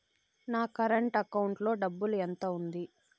నా current account లో డబ్బులు ఎంత ఉంది?